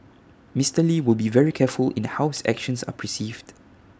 Mister lee will be very careful in how his actions are perceived